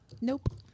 Nope